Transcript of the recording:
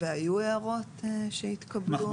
והיו הערות שהתקבלו?